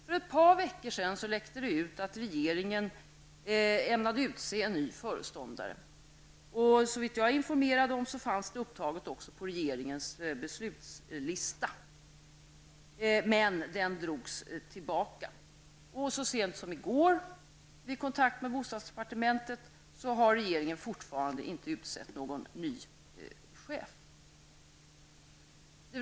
För ett par veckor sedan läckte det ut att regeringen ämnade utse en ny föreståndare. Såvitt jag är informerad, fanns ärendet upptaget på regeringens beslutslista men drogs tillbaka. Så sent som i går, vid kontakt med bostadsdepartementet, fick jag veta att regeringen fortfarande inte har utsett någon ny chef.